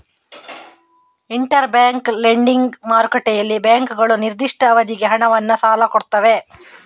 inter bank lending ಮಾರುಕಟ್ಟೆಯಲ್ಲಿ ಬ್ಯಾಂಕುಗಳು ನಿರ್ದಿಷ್ಟ ಅವಧಿಗೆ ಹಣವನ್ನ ಸಾಲ ಕೊಡ್ತವೆ